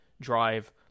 drive